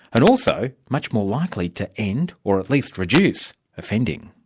and also much more likely to end, or at least reduce offending.